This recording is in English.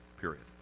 period